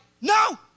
no